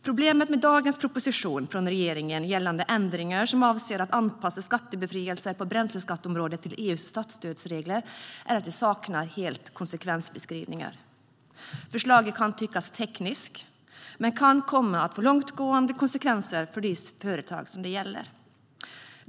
Problemet med dagens proposition från regeringen gällande ändringar som avser att anpassa skattebefrielser på bränsleskatteområdet till EU:s statsstödsregler är att de helt saknar konsekvensbeskrivningar. Förslaget kan tyckas tekniskt, men det kan komma att få långtgående konsekvenser för de företag det gäller.